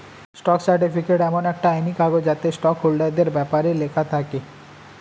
stock certificate এমন একটা আইনি কাগজ যাতে স্টক হোল্ডারদের ব্যপারে লেখা থাকে